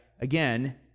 again